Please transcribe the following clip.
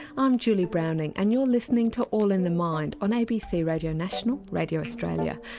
i'm julie browning and you're listening to all in the mind on abc radio national, radio australia,